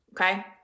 Okay